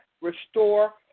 restore